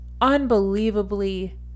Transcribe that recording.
unbelievably